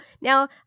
Now